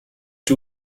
two